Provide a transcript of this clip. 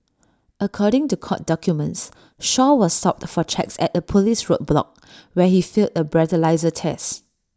according to court documents Shaw was stopped for checks at A Police roadblock where he failed A breathalyser test